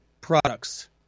products